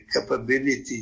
capability